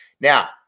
Now